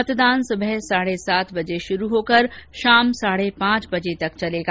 मतदान सुबह साढे सात बजे शुरू होकर शाम साढे पांच बजे तक चलेगा